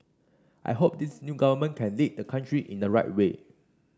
I hope this new government can lead the country in the right way